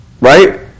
right